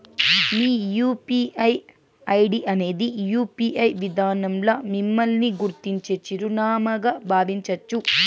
మీ UPI ID అనేది UPI విదానంల మిమ్మల్ని గుర్తించే చిరునామాగా బావించచ్చు